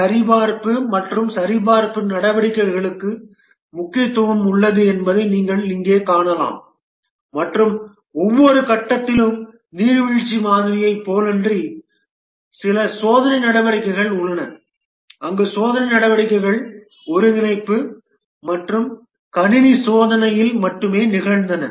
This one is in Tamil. சரிபார்ப்பு மற்றும் சரிபார்ப்பு நடவடிக்கைகளுக்கு முக்கியத்துவம் உள்ளது என்பதை நீங்கள் இங்கே காணலாம் மற்றும் ஒவ்வொரு கட்டத்திலும் நீர்வீழ்ச்சி மாதிரியைப் போலன்றி சில சோதனை நடவடிக்கைகள் உள்ளன அங்கு சோதனை நடவடிக்கைகள் ஒருங்கிணைப்பு மற்றும் கணினி சோதனையில் மட்டுமே நிகழ்ந்தன